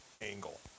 angle